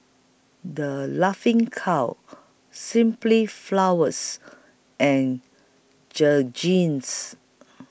The Laughing Cow Simply Flowers and Jergens